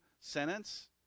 sentence